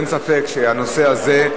אין ספק שהנושא הזה,